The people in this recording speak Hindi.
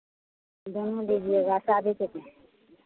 दोनों दीजिएगा शादी के